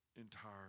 entire